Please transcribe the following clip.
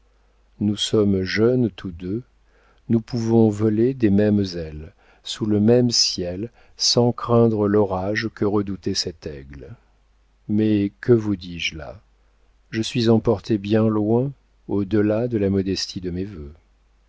nous sommes jeunes tous deux nous pouvons voler des mêmes ailes sous le même ciel sans craindre l'orage que redoutait cet aigle mais que vous dis-je là je suis emporté bien loin au delà de la modestie de mes vœux